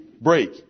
break